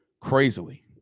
crazily